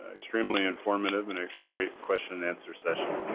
extremely informative and a great question and answer session.